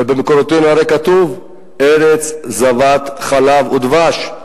ובמקורותינו הרי כתוב: "ארץ זבת חלב ודבש",